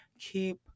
keep